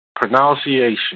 pronunciation